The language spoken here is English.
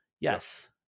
Yes